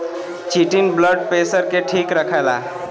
chitin blood pressure के ठीक रखला